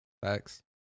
Facts